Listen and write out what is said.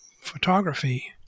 photography